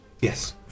Yes